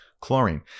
chlorine